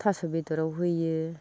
थास' बेदराव होयो